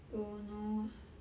don't know ah